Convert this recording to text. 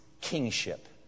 kingship